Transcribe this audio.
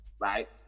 right